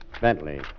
Bentley